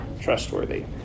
trustworthy